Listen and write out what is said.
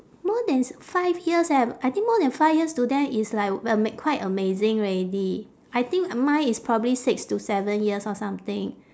more than five years eh I think more than five years to them is like uh quite amazing already I think mine is probably six to seven years or something